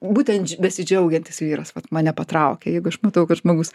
būtent besidžiaugiantis vyras mane patraukė jeigu aš matau kad žmogus